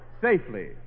safely